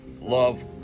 love